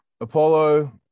Apollo